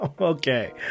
okay